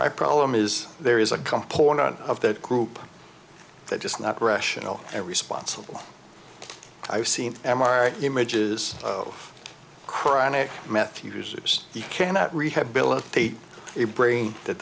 my problem is there is a component of that group that just not rational and responsible i've seen m r i images of chronic meth users you cannot rehabilitate a brain that